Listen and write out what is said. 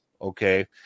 Okay